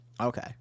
okay